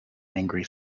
angry